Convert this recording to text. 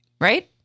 right